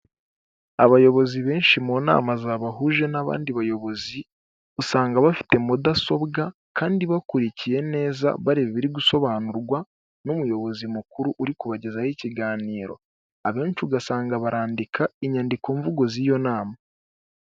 Abayobozi benshi mu nama zabahuje n'abandi bayobozi usanga bafite mudasobwa kandi bakurikiye neza ba iri gusobanurwa n'umuyobozi mukuru uri kubagezaho ikiganiro ,abenshi ugasanga barandika inyandikomvugo z'iyo nama.